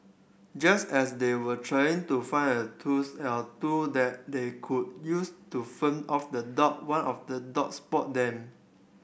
just as they were trying to find a tools or two that they could use to fend off the dog one of the dogs spot them